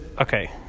okay